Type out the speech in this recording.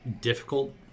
difficult